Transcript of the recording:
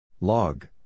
Log